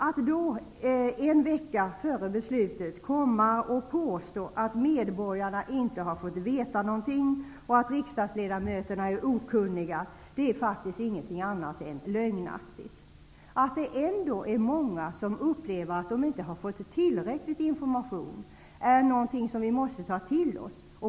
Att då en vecka före beslutet komma och påstå att medborgarna inte fått veta någonting och att riksdagsledamöterna är okunniga är faktiskt ingenting annat än lögnaktigt. Det förhållandet att många ändå anser att de inte fått tillräcklig information är någonting som vi måste ta till oss.